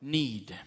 need